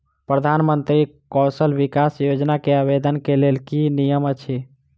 प्रधानमंत्री कौशल विकास योजना केँ आवेदन केँ लेल की नियम अछि?